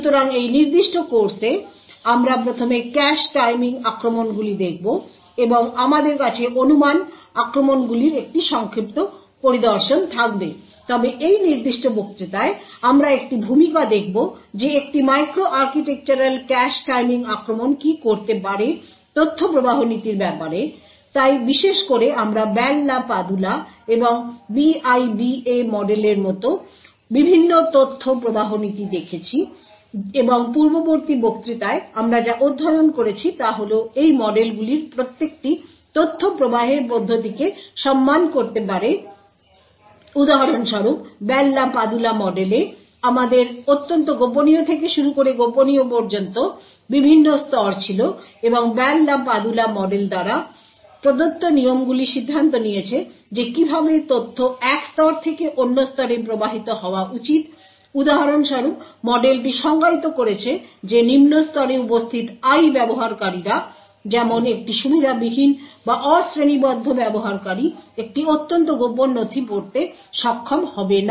সুতরাং এই নির্দিষ্ট কোর্সে আমরা প্রথমে ক্যাশ টাইমিং আক্রমণগুলি দেখব এবং আমাদের কাছে অনুমান আক্রমণগুলির একটি সংক্ষিপ্ত পরিদর্শন থাকবে তবে এই নির্দিষ্ট বক্তৃতায় আমরা একটি ভূমিকা দেখব যে একটি মাইক্রো আর্কিটেকচারাল ক্যাশ টাইমিং আক্রমণ কী করতে পারে তথ্য প্রবাহ নীতির ব্যাপারে তাই বিশেষ করে আমরা বেল লা পাদুলা এবং BIBA মডেলের মতো বিভিন্ন তথ্য প্রবাহ নীতি দেখেছি এবং পূর্ববর্তী বক্তৃতায় আমরা যা অধ্যয়ন করেছি তা হল এই মডেলগুলির প্রত্যেকটি তথ্য প্রবাহের পদ্ধতিকে সম্মান করতে পারে উদাহরণস্বরূপ বেল লা পাদুলা মডেলে আমাদের অত্যন্ত গোপনীয় থেকে শুরু করে গোপনীয় পর্যন্ত বিভিন্ন স্তর ছিল এবং বেল লা পাদুলা মডেল দ্বারা প্রদত্ত নিয়মগুলি সিদ্ধান্ত নিয়েছে যে কীভাবে তথ্য এক স্তর থেকে অন্য স্তরে প্রবাহিত হওয়া উচিত উদাহরণস্বরূপ মডেলটি সংজ্ঞায়িত করেছে যে নিম্ন স্তরে উপস্থিত I ব্যবহারকারীরা যেমন একটি সুবিধাবিহীন বা অশ্রেণীবদ্ধ ব্যবহারকারী একটি অত্যন্ত কোভার্ট নথি পড়তে সক্ষম হবে না